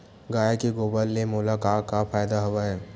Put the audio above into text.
गाय के गोबर ले मोला का का फ़ायदा हवय?